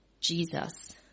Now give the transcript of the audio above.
Jesus